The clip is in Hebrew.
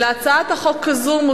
להוסיף את השם שלך.